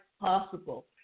possible